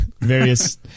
various